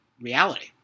reality